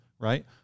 right